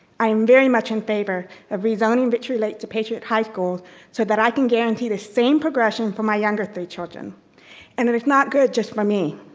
i'm very much in favor of rezoning victory lakes to patriot high school so that i can guarantee the same progression for my younger three children and there is not good just for me.